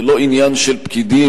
זה לא עניין של פקידים,